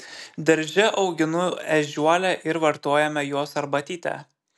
darže auginu ežiuolę ir vartojame jos arbatytę